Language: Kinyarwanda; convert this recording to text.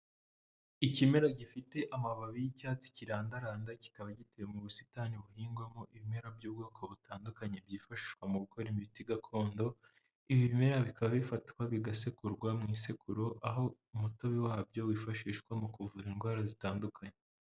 Ikimera gifite amababi y'icyatsi kirandaranda kikaba giteye mu busitani buhingwamo ibimera by'ubwoko butandukanye, byifashishwa mu gukora imiti gakondo ibi bimera bikaba bifatwa bigasekurwa mu isekuru aho umutobe wabyo wifashishwa mu kuvura indwara zitandukanye.